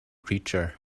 creature